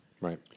Right